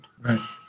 Right